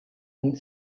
and